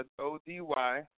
O-D-Y